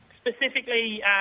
specifically